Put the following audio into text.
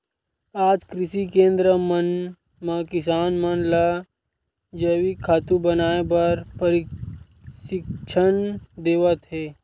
आज कृषि केंद्र मन म किसान मन ल जइविक खातू बनाए बर परसिक्छन देवत हे